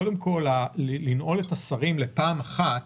קודם כול, לנעול את השרים להארכה פעם אחת,